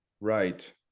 right